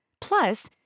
Plus